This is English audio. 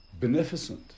Beneficent